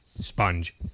Sponge